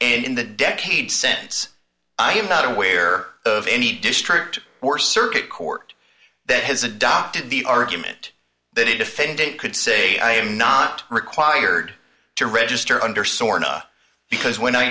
in the decade since i'm not aware of any district or circuit court that has adopted the argument that a defendant could say i am not required to register under sort because when i